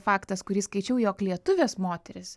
faktas kurį skaičiau jog lietuvės moterys